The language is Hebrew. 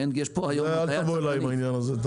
אל תבוא אליי עם העניין הזה.